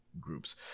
Groups